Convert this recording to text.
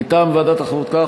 מטעם ועדת החוקה,